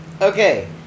Okay